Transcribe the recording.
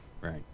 Right